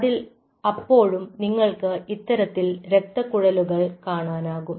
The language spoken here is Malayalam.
അതിൽ അപ്പോഴും നിങ്ങൾക്ക് ഇത്തരത്തിൽ രക്തക്കുഴലുകൾ കാണാനാകും